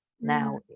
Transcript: now